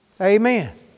Amen